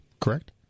correct